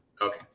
Okay